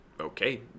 Okay